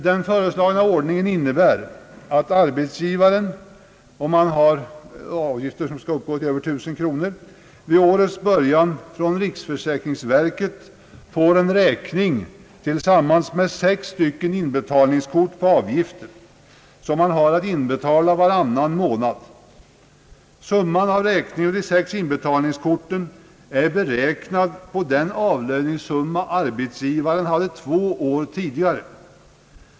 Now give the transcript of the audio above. Den föreslagna ordningen innebär att arbetsgivaren, om hans avgifter uppgår till över 19000 kronor, vid årets början från riksförsäkringsverket får sex stycken inbetalningskort tillsammans med en räkning på avgifter, som han har att inbetala varannan månad. Summan av räkningen med de sex inbetalningskorten är beräknad på den avlöningssumma =<:arbetsgivaren hade två år tidigare.